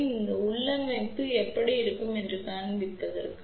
இந்த உள்ளமைவு எப்படி இருக்கும் என்பதைக் காண்பிப்பதற்காக